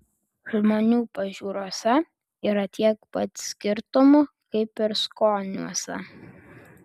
žmonių pažiūrose yra tiek pat skirtumų kaip ir skoniuose